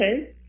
Okay